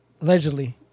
allegedly